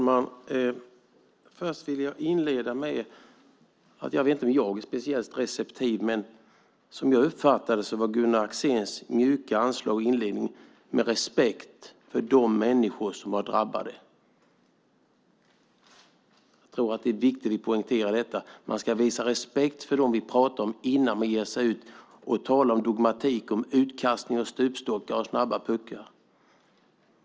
Herr talman! Jag vill inleda med att jag - och jag inte vet om jag är speciellt receptiv - uppfattade Gunnar Axéns mjuka anslag i inledningen som respekt för de människor som är drabbade. Det är viktigt att poängtera detta: Man ska visa respekt för dem vi pratar om innan man ger sig ut och talar om dogmatik, utkastning, stupstockar och snabba puckar.